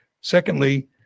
Secondly